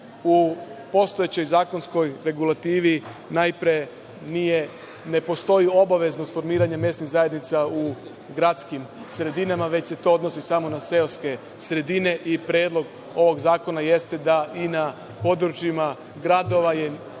postojećoj zakonskoj regulativi najpre ne postoji obaveznost formiranja mesnih zajednica u gradskim sredinama, već se to odnosi samo na seoske sredine i Predlog zakona jeste da i na područjima gradova se mora